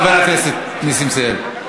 חברת הכנסת מיכל רוזין ביקשה להשיב,